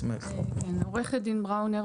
עורכת הדין בראונר,